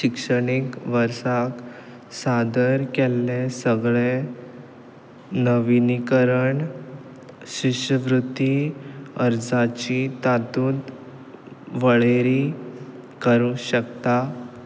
शिक्षणीक वर्साक सादर केल्लें सगळे नविनीकरण शिश्यवृत्ती अर्जाची तातूंत वळेरी करूं शकता